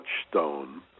touchstone